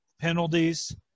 penalties